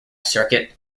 circuit